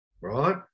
right